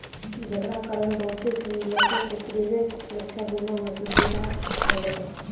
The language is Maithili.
जेकरा कारण बहुते सिनी लोको के क्रेडिट सुरक्षा बीमा मे सुविधा होलो छै